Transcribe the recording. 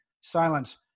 silence